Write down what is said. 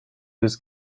was